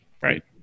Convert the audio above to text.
Right